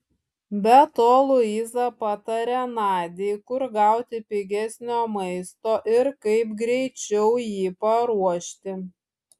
be to luiza patarė nadiai kur gauti pigesnio maisto ir kaip greičiau jį paruošti